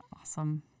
Awesome